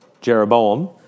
Jeroboam